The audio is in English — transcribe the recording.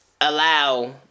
allow